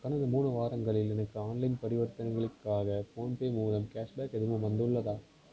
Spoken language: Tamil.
கடந்த மூணு வாரங்களில் எனக்கு ஆன்லைன் பரிவர்த்தனைகளுக்காக ஃபோன்பே மூலம் கேஷ் பேக் எதுவும் வந்துள்ளதா